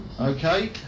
okay